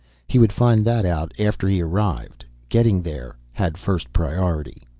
he would find that out after he arrived. getting there had first priority.